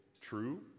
true